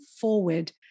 forward